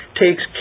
takes